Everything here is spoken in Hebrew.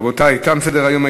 רבותי, תם סדר-היום.